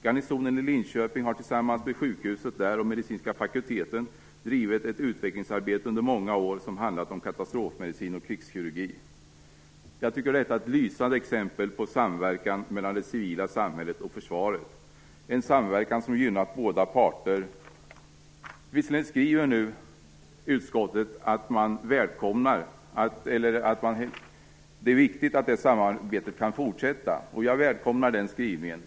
Garnisonen i Linköping har tillsammans med sjukhuset där och medicinska fakulteten under många år bedrivit ett utvecklingsarbete som handlat om katastrofmedicin och krigskirurgi. Jag tycker att detta är lysande exempel på samverkan mellan det civila samhället och försvaret, en samverkan som gynnat båda parter. Visserligen skriver utskottet att det är viktigt att det samarbetet kan fortsätta, och jag välkomnar den skrivningen.